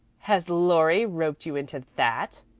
has laurie roped you into that?